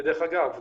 ודרך אגב,